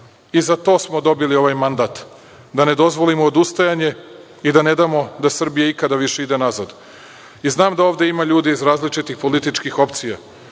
I za to smo dobili ovaj mandat, da ne dozvolimo odustajanje i da ne damo da Srbija ikada više ide nazad. Znam da ovde ima ljudi iz različitih političkih opcija,